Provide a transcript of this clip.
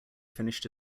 finished